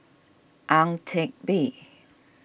Ang Teck Bee